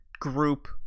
group